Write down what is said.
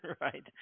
Right